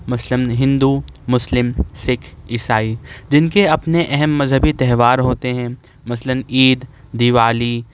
مثلاً ہندو مسلم سکھ عیسائی جن کے اپنے اہم مذہبی تہوار ہوتے ہیں مثلاً عید دیوالی